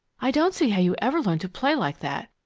i don't see how you ever learned to play like that!